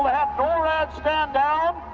but have norad stand down?